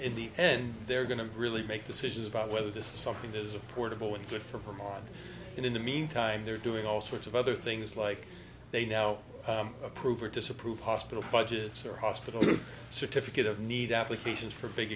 in the end they're going to really make decisions about whether this is something that is affordable and good for from our in the meantime they're doing all sorts of other things like they now approve or disapprove hospital budgets or hospital certificate of need applications for big